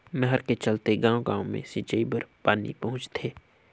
नहर के चलते गाँव गाँव मे सिंचई बर पानी पहुंचथे